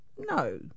No